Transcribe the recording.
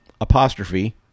apostrophe